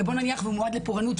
ובו נניח הוא מועד לפורענות,